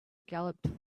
galloped